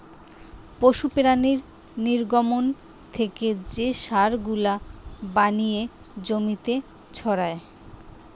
পশু প্রাণীর নির্গমন থেকে যে সার গুলা বানিয়ে জমিতে ছড়ায়